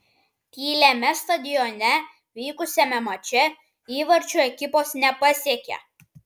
tyliame stadione vykusiame mače įvarčių ekipos nepasiekė